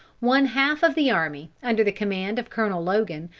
one half of the army, under the command of colonel logan,